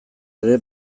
ere